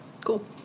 Cool